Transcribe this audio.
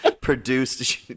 produced